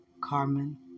Carmen